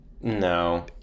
no